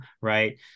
right